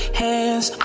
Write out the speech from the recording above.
hands